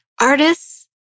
Artists